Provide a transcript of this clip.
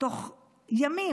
בתוך ימים,